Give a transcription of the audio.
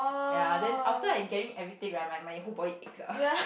ya then after I get in everything ah my my whole body aches ah